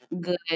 good